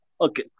Okay